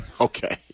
Okay